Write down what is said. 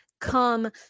come